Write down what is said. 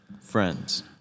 friends